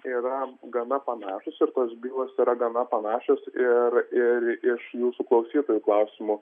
yra gana panašūs ir tos bylos yra gana panašios ir ir iš jūsų klausytojų klausimų